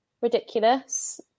ridiculous